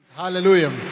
Hallelujah